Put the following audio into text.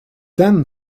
then